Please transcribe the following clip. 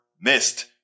missed